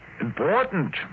Important